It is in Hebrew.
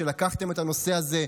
שלקחתם את הנושא הזה,